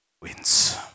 wins